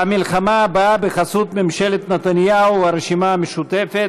המלחמה הבאה בחסות ממשלת נתניהו הרשימה המשותפת.